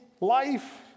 life